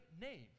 name